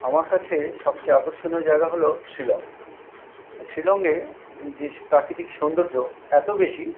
আমার কাছে সবচেয়ে আকর্ষণীয় জায়গা হলো শিলং শিলংয়ে যে প্রাকৃতিক সৌন্দর্য এতো বেশি